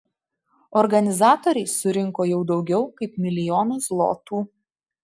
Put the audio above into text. organizatoriai surinko jau daugiau kaip milijoną zlotų